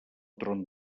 tron